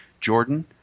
Jordan